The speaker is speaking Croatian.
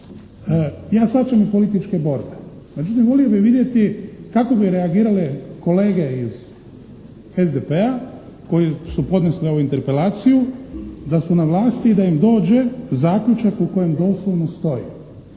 ja shvaćam i političke borbe. Međutim, volio bi vidjeti kako bi reagirale kolege iz SDP-a koji su podnesle ovu interpelaciju da su na vlasti i da im dođe zaključak u kojem doslovno stoji,